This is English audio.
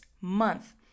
month